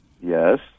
Yes